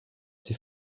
die